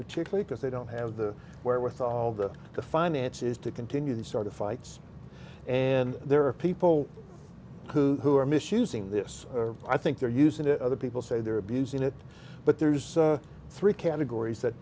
particularly because they don't have the where with all the finances to continue this sort of fights and there are people who who are misusing this i think they're using it other people say they're abusing it but there's three categories that